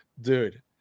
Dude